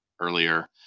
earlier